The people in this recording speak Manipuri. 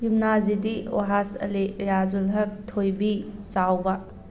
ꯌꯨꯝꯅꯥ ꯖꯤꯗꯤ ꯑꯣꯍꯥꯁ ꯑꯂꯤ ꯑꯦꯂꯥꯖꯨꯜ ꯍꯛ ꯊꯣꯏꯕꯤ ꯆꯥꯎꯕ